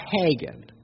pagan